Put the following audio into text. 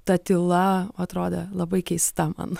ta tyla atrodė labai keista man